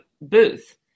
booth